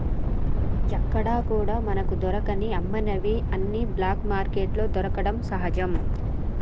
ఎక్కడా కూడా మనకు దొరకని అమ్మనివి అన్ని బ్లాక్ మార్కెట్లో దొరకడం సహజం